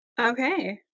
Okay